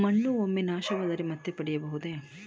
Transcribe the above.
ಮಣ್ಣು ಒಮ್ಮೆ ನಾಶವಾದರೆ ಮತ್ತೆ ಪಡೆಯಬಹುದೇ?